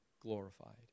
glorified